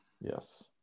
yes